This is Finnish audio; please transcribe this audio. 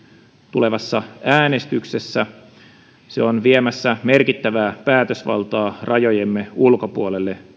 tulevassa äänestyksessä on viemässä merkittävää päätösvaltaa rajojemme ulkopuolelle